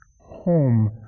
home